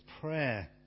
prayer